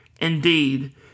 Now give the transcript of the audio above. indeed